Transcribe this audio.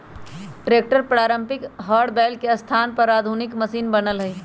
tractor पारम्परिक हर बैल के स्थान पर आधुनिक मशिन बनल हई